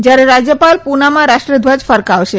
જ્યારે રાજ્યપાલ પુનામાં રાષ્ટ્રધ્વજ ફરકાવશે